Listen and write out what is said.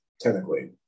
technically